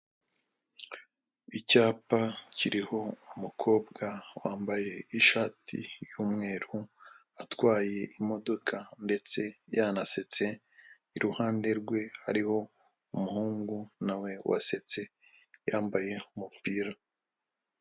Icyapa kiriho umukobwa wambaye ishati y'umweru, atwaye imodoka ndetse yanasetse, iruhande rwe hariho umuhungu na we wasetse, yambaye umupira.